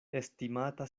estimata